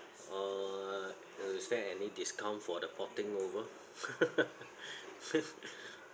err is there any discount for the porting over